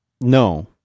No